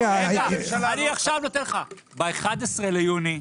ב-11 ביוני,